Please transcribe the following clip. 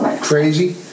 Crazy